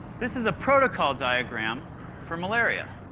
this is a protocol diagram for malaria.